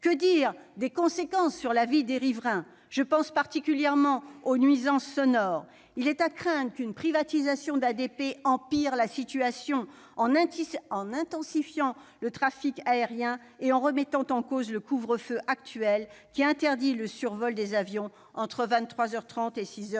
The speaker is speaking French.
Que dire des conséquences sur la vie des riverains ? Je pense particulièrement aux nuisances sonores ! Il est à craindre qu'une privatisation d'ADP n'aggrave la situation, en intensifiant le trafic aérien et en remettant en cause le couvre-feu actuel, qui interdit le survol des avions entre vingt-trois